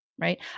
Right